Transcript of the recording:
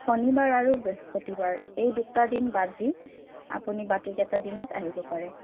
শনিবাৰ আৰু বৃহস্পতিবাৰ এই দুটা দিন বাদ দি আপুনি বাকী কেইটা দিনত আহিব পাৰে